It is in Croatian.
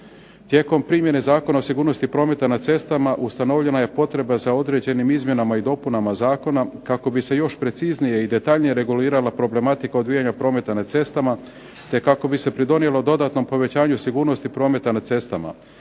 Tijekom primjene Zakona o sigurnosti prometa na cestama ustanovljena je potreba za određenim izmjenama i dopunama zakona kako bi se još preciznije i detaljnije regulirala problematika odvijanja prometa na cestama te kako se pridonijelo dodatnom povećanju sigurnosti prometa na cestama.